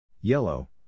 Yellow